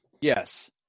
Yes